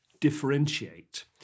differentiate